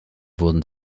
wurden